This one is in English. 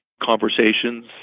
conversations